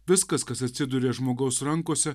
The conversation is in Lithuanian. viskas kas atsiduria žmogaus rankose